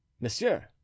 monsieur